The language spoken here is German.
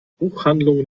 buchhandlung